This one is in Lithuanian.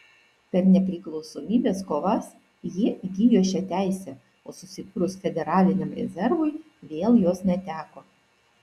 per nepriklausomybės kovas jie įgijo šią teisę o susikūrus federaliniam rezervui vėl jos neteko